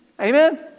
Amen